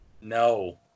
No